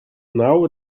now